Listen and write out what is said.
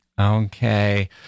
Okay